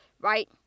right